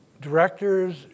directors